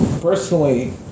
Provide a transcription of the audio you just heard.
Personally